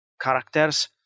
characters